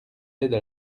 aides